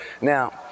Now